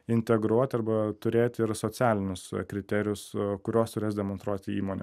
integruoti arba turėti ir socialinius kriterijus kuriuos turės demonstruoti įmonė